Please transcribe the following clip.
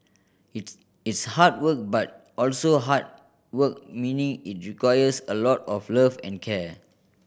it's it's hard work but also heart work meaning it requires a lot of love and care